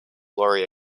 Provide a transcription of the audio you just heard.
glory